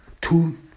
two